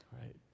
Right